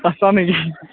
আছা নেকি